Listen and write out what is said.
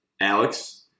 Alex